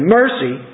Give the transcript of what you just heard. mercy